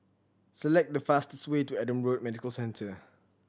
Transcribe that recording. select the fastest way to Adam Road Medical Centre